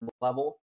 level